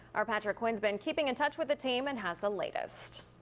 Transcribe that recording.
our patrick quinn has been keeping in touch with the team and has the latest.